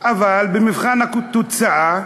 אבל במבחן התוצאה,